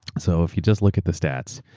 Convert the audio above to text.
so if you just look at the stats,